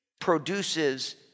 produces